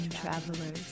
travelers